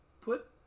Put